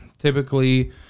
Typically